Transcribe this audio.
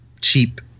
cheap